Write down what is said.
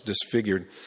disfigured